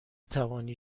توانی